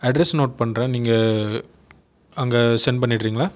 address note பண்ணுறேன் நீங்கள் அங்கே சென்ட் பண்ணுட்றீங்களா